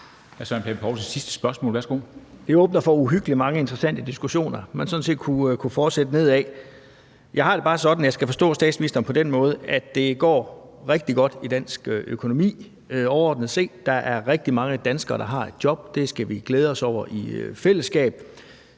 Det åbner for uhyggelig mange interessante diskussioner, man sådan set kunne fortsætte nedad. Jeg har det bare sådan, at jeg forstår statsministeren på den måde, at det går rigtig godt i dansk økonomi overordnet set; der er rigtig mange danskere, der har et job. Det skal vi glæde os over i fællesskab.